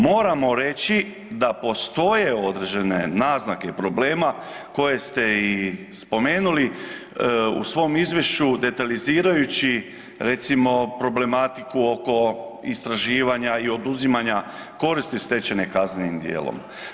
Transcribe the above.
Moramo reći da postoje određene naznake problema koje ste i spomenuli u svom izvješću detaljizirajući recimo problematiku oko istraživanja i oduzimanja koristi stečene kaznenim djelom.